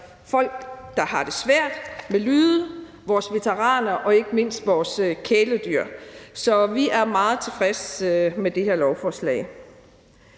folk, der har det svært med lyde, vores veteraner og ikke mindst vores kæledyr. Så vi er meget tilfredse med det her lovforslag.